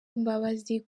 imbabazi